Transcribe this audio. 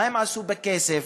מה הם עשו בכסף,